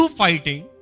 fighting